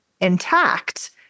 intact